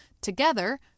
Together